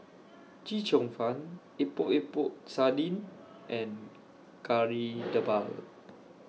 Chee Cheong Fun Epok Epok Sardin and Kari Debal